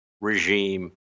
regime